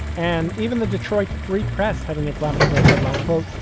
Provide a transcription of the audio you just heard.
and even the detroit free press had an inflammatory headline, quote,